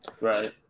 Right